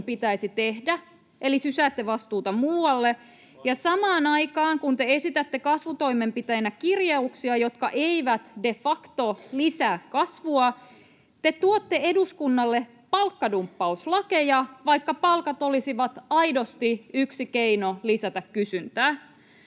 pitäisi tehdä, eli sysäätte vastuuta muualle, ja samaan aikaan kun te esitätte kasvutoimenpiteinä kirjauksia, jotka eivät de facto lisää kasvua, te tuotte eduskunnalle palkkadumppauslakeja, vaikka palkat olisivat aidosti yksi keino lisätä kysyntää.